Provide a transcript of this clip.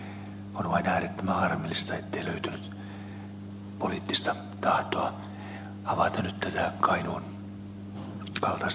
on vain äärettömän harmillista ettei löytynyt poliittista tahtoa avata nyt tätä kainuun kaltaista toimintamallia koko maahan